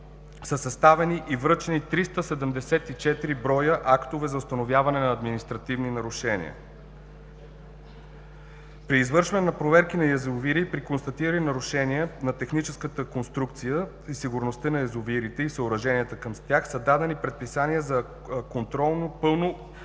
са съставени и връчени 374 акта за установяване на административни нарушения. При извършване на проверки на язовири при констатирани нарушения на техническата конструкция и сигурността на язовирите и съоръженията към тях, са дадени предписания за контролно пълно